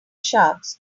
sharks